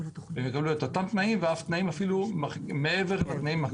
הם יקבלו את אותם תנאים ואף תנאים אפילו מעבר לתנאים הקיימים.